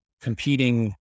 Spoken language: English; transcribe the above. competing